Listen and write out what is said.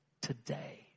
today